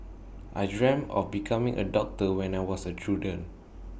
I dreamt of becoming A doctor when I was A children